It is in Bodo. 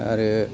आरो